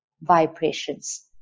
Vibrations